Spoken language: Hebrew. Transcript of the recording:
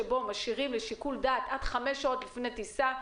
כשמשאירים מקום לשיקול דעת עד חמש שעות לפני טיסה,